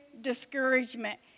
discouragement